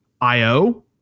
Io